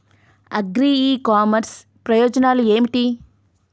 Agri e commerce ప్రయోజనాలు ఏమిటి?